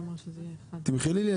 תמחלי לי,